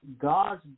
God's